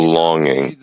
longing